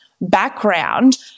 background